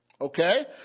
Okay